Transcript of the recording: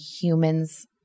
humans